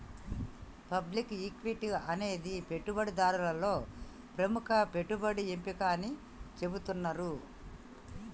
public equity అనేది పెట్టుబడిదారులలో ప్రముఖ పెట్టుబడి ఎంపిక అని చెబుతున్నరు